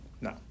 no